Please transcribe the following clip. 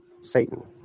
Satan